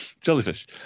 Jellyfish